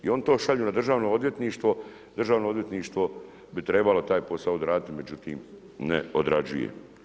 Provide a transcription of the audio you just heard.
I oni to šalju na Državno odvjetništvo, Državno odvjetništvo bi trebalo taj posao odraditi, međutim ne odrađuje.